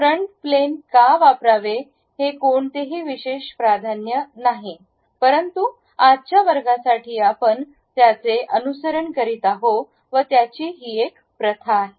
आम्हाला front plane का वापरावे हे कोणतेही विशेष प्राधान्य नाही परंतु आजच्या वर्गासाठी आपण ज्याचे अनुसरण करीत आहोत त्याची ही एक प्रथा आहे